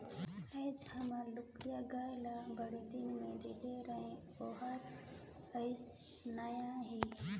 आयज हमर लखिया गाय ल बड़दिन में ढिले रहें ओहर आइस नई हे